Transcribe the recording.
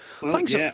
thanks